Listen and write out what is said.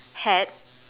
had